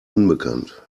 unbekannt